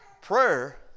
Prayer